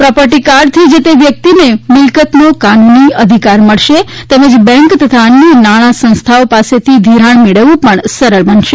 property કાર્ડથી જે તે વ્યકિતને મિલકતનો કાનૂની અધિકાર મળશે તેમજ બેંક તથા અન્ય નાણાં સંસ્થાઓ પાસેથી ઘિરાણ મેળવવું પણ સરળ બનશે